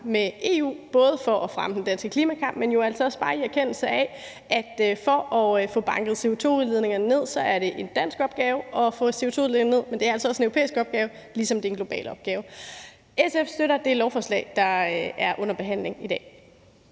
med EU, både for at fremme den danske klimakamp, men også bare i erkendelse af at det ikke kun er en dansk opgave at få banket CO2-udledningerne ned, men jo også en europæisk opgave, ligesom det er en global opgave. SF støtter det lovforslag, der er under behandling i dag.